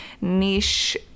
niche